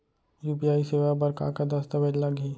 UPI सेवा बर का का दस्तावेज लागही?